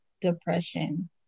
depression